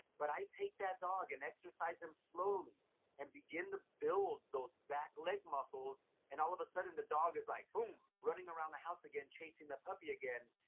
but i take that dog and exercise them slowly and begin to build those back leg muscles and all of a sudden the dog is like boom! running around the house again, chasing the puppy again.